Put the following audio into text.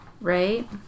right